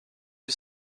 who